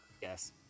yes